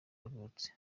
yavutse